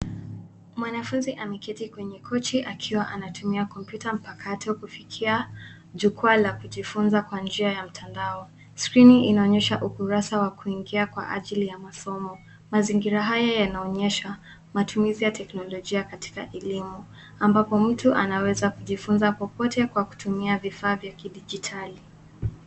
Mwanafuzi ameketi kwenye kochi akiwa anatunia kompyuta mpakato kufikia jukua la kujifunza kwa njia ya mtandao. skrini inanyosha ukurasa wa kuingia kwa ajili ya masomo. Mazingira haya yanaonyesha matumizi ya teknolojia katika elimu. Ambapo mtu anaweza kujifunza popote kwa kutumia vifaa vya kidijitali.